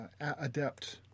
adept